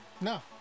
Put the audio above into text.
No